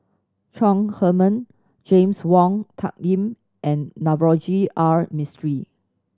Chong Heman James Wong Tuck Yim and Navroji R Mistri